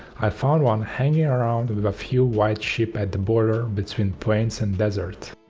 i found one hanging around with a few white sheep at the border between plains and desert.